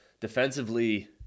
Defensively